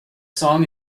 song